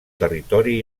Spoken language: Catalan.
territori